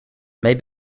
may